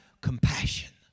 compassion